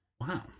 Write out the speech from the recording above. wow